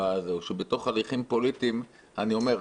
שבתוך הליכים פוליטיים --- אני אומר,